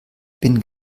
bin